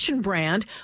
Brand